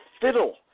fiddle